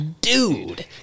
dude